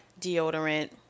deodorant